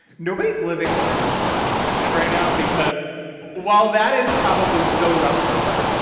nobody is living larger than barbra streisand right now, because while that is probably so rough for her,